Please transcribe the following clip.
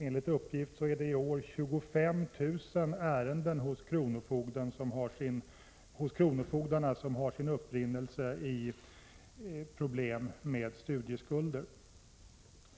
Enligt uppgifterna är det i år hos kronofogdarna 25 000 ärenden som har sin upprinnelse i problem med studieskulden.